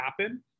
happen